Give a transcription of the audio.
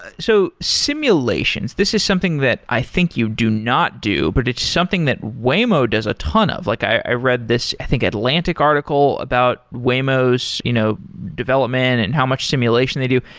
so simulations, this is something that i think you do not do, but it's something that waymo does a ton of. like i read this, i think atlantic article about waymo's you know development and how much simulation they do.